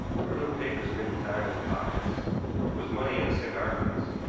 there were no papers of any kind in the pockets, but there was money and a cigar case.